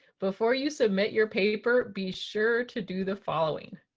before you submit your paper, be sure to do the following.